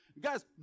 Guys